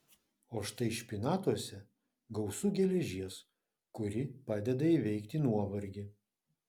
o štai špinatuose gausu geležies kuri padeda įveikti nuovargį